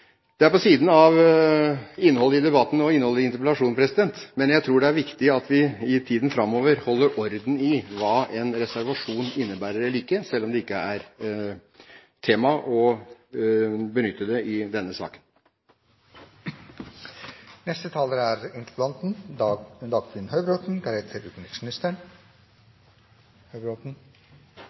Det er på siden av innholdet i debatten og innholdet i interpellasjonen, men jeg tror det er viktig at vi i tiden framover holder orden i hva en reservasjon innebærer, og hva den ikke innebærer, selv om det ikke er tema å benytte det i denne saken.